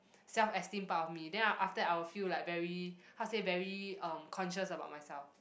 self esteem part of me then I I after that I will feel like very how to say very um conscious about myself